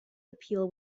appeal